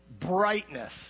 brightness